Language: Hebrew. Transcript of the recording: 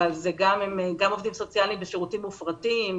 אלה גם עובדים סוציאליים בשירותים מופרטים,